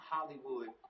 Hollywood